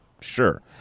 sure